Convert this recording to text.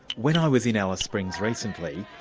when i was in alice springs recently,